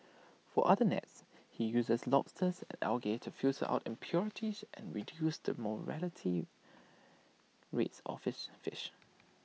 for other nets he uses lobsters and algae to filter out impurities and reduce the mortality rates of his fish